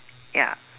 ya